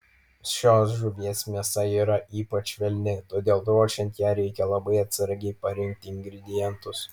šios žuvies mėsa yra ypač švelni todėl ruošiant ją reikia labai atsargiai parinkti ingredientus